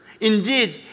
indeed